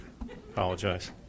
Apologize